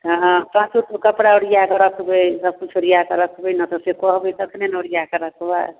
हँ सभकिछु ओ कपड़ा ओरिया कऽ रखबै सभकिछु ओरिया कऽ रखबै नहि तऽ से कहबे तखने ने ओरिया कऽ रखबै